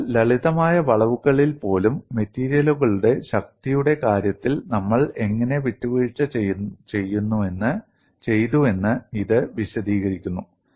അതിനാൽ ലളിതമായ വളവുകളിൽ പോലും മെറ്റീരിയലുകളുടെ ശക്തിയുടെ കാര്യത്തിൽ നമ്മൾ എങ്ങനെ വിട്ടുവീഴ്ച ചെയ്തുവെന്ന് ഇത് വിശദീകരിക്കുന്നു